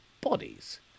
bodies